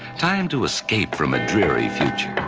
time to escape from a dearly future. how?